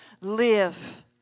Live